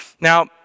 Now